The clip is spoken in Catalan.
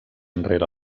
enrere